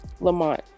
lamont